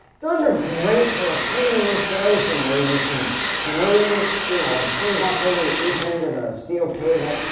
those are great for a permanent installation where you can screw, you know, a turnbuckle into each end of the steel cable,